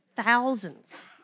thousands